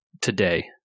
today